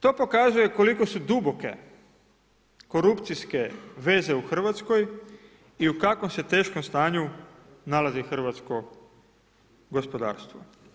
To pokazuje koliko su duboke korupcijske veze u Hrvatskoj i u kakvom se teškom stanju nalazi hrvatsko gospodarstvo.